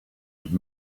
and